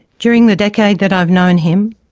during the decade that i known him,